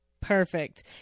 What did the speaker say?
Perfect